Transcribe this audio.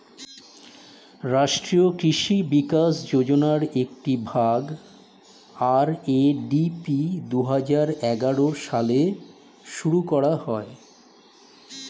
রাষ্ট্রীয় কৃষি বিকাশ যোজনার একটি ভাগ, আর.এ.ডি.পি দুহাজার এগারো সালে শুরু করা হয়